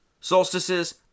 Solstices